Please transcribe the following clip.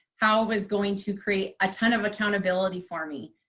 how was going to create a ton of accountability for me.